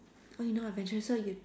oh you not adventurous so you